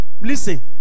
Listen